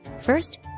first